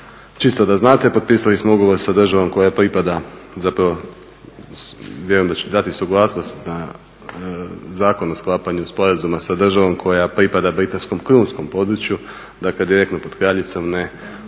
Čisto da znate, potpisali smo ugovor sa državom koja pripada, zapravo vjerujem da ćete dati suglasnost na zakon o sklapanju sporazuma sa državom koja pripada britanskom krunskom području, dakle direktno pod kraljicom, ne